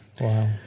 wow